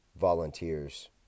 volunteers